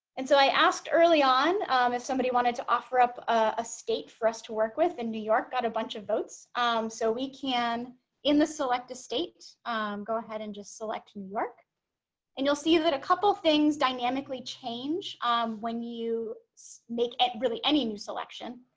and so i asked early on if somebody wanted to offer up a state for us to work with and new york got a bunch of votes so we can in the select a state go ahead and just select new york and you'll see that a couple things dynamically change when you make really any new selection